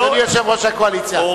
אדוני יושב-ראש הקואליציה,